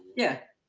yeah.